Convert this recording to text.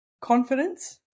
confidence